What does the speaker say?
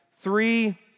Three